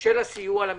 של הסיוע למשפחות.